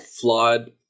flawed